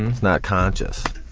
it's not conscious.